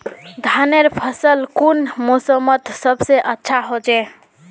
धानेर फसल कुन मोसमोत सबसे अच्छा होचे?